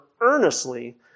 earnestly